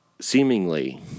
seemingly